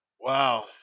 Wow